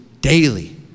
daily